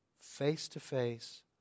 face-to-face